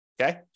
okay